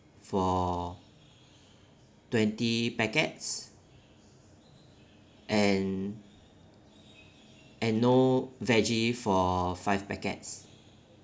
for twenty packets and and no veggie for five packets